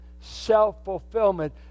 self-fulfillment